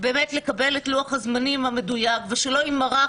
לקבל את לוח הזמנים המדויק ושלא יימרח.